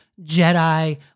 Jedi